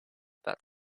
that